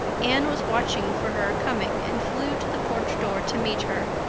anne was watching for her coming and flew to the porch door to meet her.